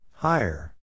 Higher